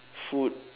food